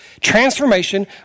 Transformation